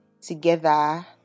together